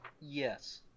Yes